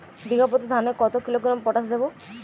বিঘাপ্রতি ধানে কত কিলোগ্রাম পটাশ দেবো?